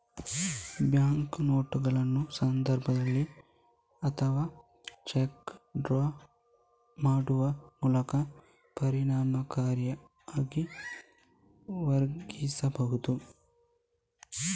bank ನೋಟುಗಳ ಸಂದರ್ಭದಲ್ಲಿ ಅಥವಾ ಚೆಕ್ ಅನ್ನು ಡ್ರಾ ಮಾಡುವ ಮೂಲಕ ಪರಿಣಾಮಕಾರಿಯಾಗಿ ವರ್ಗಾಯಿಸಬಹುದು